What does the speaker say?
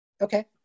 Okay